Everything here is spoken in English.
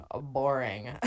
boring